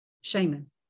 shaman